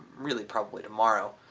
really probably tomorrow,